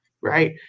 right